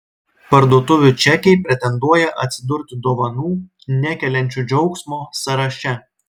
parduotuvių čekiai pretenduoja atsidurti dovanų nekeliančių džiaugsmo sąraše